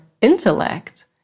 intellect